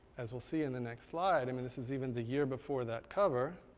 as we'll see in the next slide, i mean this is even the year before that cover,